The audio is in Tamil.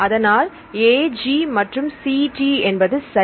அதனால் AG மற்றும் CT என்பது சரி